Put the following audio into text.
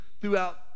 throughout